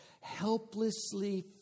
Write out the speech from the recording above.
helplessly